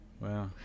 Wow